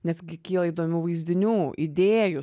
nes gi kyla įdomių vaizdinių idėjų